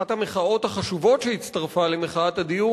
אחת המחאות החשובות שהצטרפה למחאת הדיור